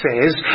says